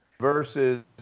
versus